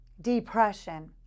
depression